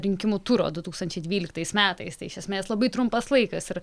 rinkimų turo du tūkstančiai dvyliktais metais tai iš esmės labai trumpas laikas ir